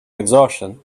exhaustion